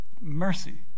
Mercy